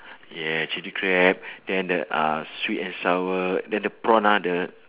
yeah chilli crab then the uh sweet and sour then the prawn ah the